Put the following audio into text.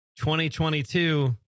2022